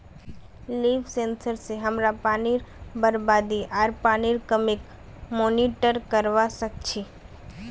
leaf sensor स हमरा पानीर बरबादी आर पानीर कमीक मॉनिटर करवा सक छी